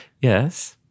Yes